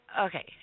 Okay